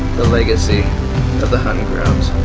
the legacy of the huntin' grounds.